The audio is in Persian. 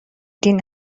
دین